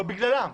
לא בגללם,